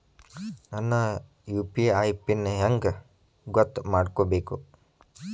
ನನ್ನ UPI pin ಹೆಂಗ್ ಗೊತ್ತ ಮಾಡ್ಕೋಬೇಕು?